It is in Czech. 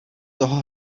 toho